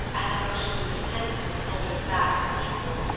and the motionless intentness of the soldier's back at the peep-hole,